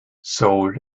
seoul